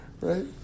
Right